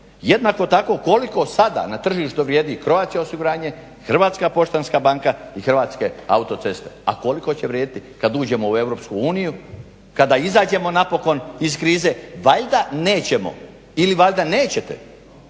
Jednako tako koliko sada na tržištu vrijedi Croatia osiguranje, Hrvatska poštanska banka i Hrvatske autoceste, a koliko će vrijediti kada uđemo u EU kada izađemo napokon iz krize. Valjda nećemo ili valjda nećete